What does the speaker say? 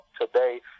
today